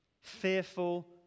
fearful